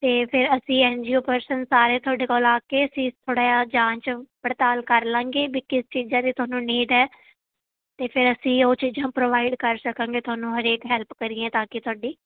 ਅਤੇ ਫਿਰ ਅਸੀਂ ਐਨ ਜੀ ਓ ਪਰਸਨ ਸਾਰੇ ਤੁਹਾਡੇ ਕੋਲ ਆ ਕੇ ਅਸੀਂ ਥੋੜ੍ਹਾ ਜਿਹਾ ਜਾਂਚ ਪੜਤਾਲ ਕਰ ਲਵਾਂਗੇ ਵੀ ਕਿਸ ਚੀਜ਼ਾਂ ਦੀ ਤੁਹਾਨੂੰ ਨੀਡ ਹੈ ਅਤੇ ਫਿਰ ਅਸੀਂ ਉਹ ਚੀਜ਼ਾਂ ਪ੍ਰੋਵਾਈਡ ਕਰ ਸਕਾਂਗੇ ਤੁਹਾਨੂੰ ਹਰੇਕ ਹੈਲਪ ਕਰੀਏ ਤਾਂ ਕਿ ਤੁਹਾਡੀ